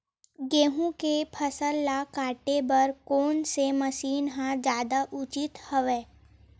गेहूं के फसल ल काटे बर कोन से मशीन ह जादा उचित हवय?